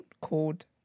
called